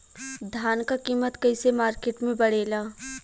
धान क कीमत कईसे मार्केट में बड़ेला?